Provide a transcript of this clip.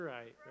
Right